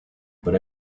but